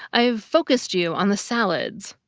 i've focused you on the salads.